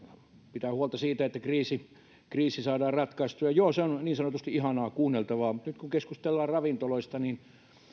pitää huolta siitä että kriisi kriisi saadaan ratkaistua joo se on niin sanotusti ihanaa kuunneltavaa mutta nyt kun keskustellaan ravintoloista niin